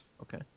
Okay